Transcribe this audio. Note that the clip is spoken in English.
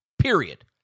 Period